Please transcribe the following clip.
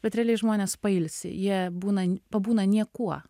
bet realiai žmonės pailsi jie būna pabūna niekuo